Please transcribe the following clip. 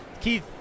Keith